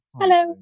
hello